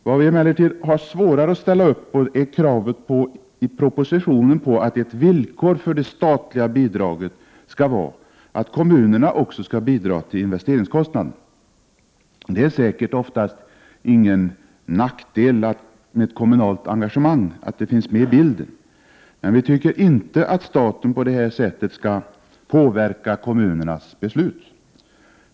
Vad vi emellertid har svårare att ställa upp på är kravet i propositionen på att ett villkor för det statliga bidraget skall vara att kommunerna också skall bidra till investeringskostnaden. Det är säkert oftast ingen nackdel att kommunalt engagemang finns med i bilden, men vi tycker inte att staten på detta sättet skall påverka kommunernas beslut.